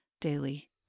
daily